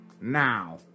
Now